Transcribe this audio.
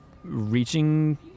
reaching